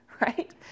Right